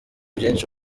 byinshi